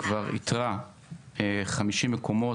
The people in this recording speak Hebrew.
כבר איתרה 50 מקומות,